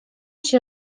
się